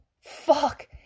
fuck